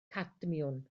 cadmiwm